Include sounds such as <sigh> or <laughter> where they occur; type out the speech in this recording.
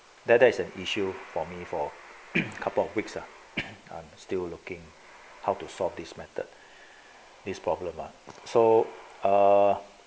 that that is an issue for me for <coughs> a couple of weeks ah <coughs> I'm still looking how to solve this method this problem lah so err